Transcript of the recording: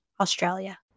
Australia